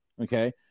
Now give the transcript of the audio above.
okay